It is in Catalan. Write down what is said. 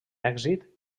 èxit